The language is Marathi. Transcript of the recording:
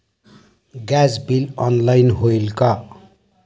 गॅस बिल ऑनलाइन होईल का?